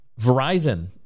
Verizon